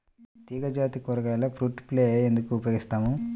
తీగజాతి కూరగాయలలో fruit fly ఎందుకు ఉపయోగిస్తాము?